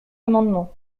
amendement